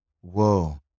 Whoa